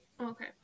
Okay